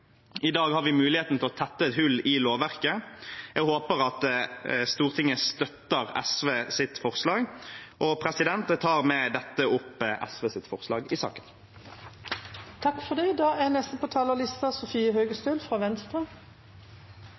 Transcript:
I dag har vi muligheten til å tette et hull i lovverket. Jeg håper at Stortinget støtter SVs forslag. Jeg tar med dette opp SVs forslag i saken. Representanten Andreas Sjalg Unneland har tatt opp det